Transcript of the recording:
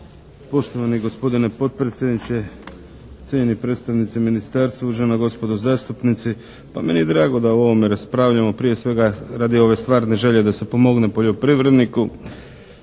Poštovani gospodine potpredsjedniče, cijenjeni predstavnici ministarstva, uvažena gospodo zastupnici. Pa meni je drago da o ovome raspravljamo. Prije svega, radi ove stvarne želje da se pomogne poljoprivredniku.